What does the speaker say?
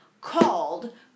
called